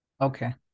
Okay